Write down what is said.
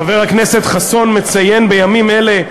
חבר הכנסת חסון מציין בימים אלה,